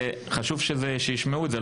חשוב שישמעו את זה,